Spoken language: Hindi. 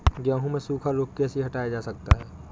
गेहूँ से सूखा रोग कैसे हटाया जा सकता है?